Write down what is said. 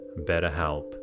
BetterHelp